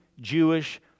Jewish